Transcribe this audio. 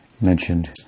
mentioned